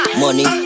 money